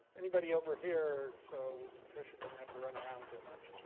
anybody over here? so patricia doesn't have to run around too much.